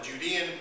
Judean